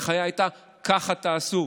ההנחיה הייתה: ככה תעשו.